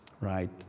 right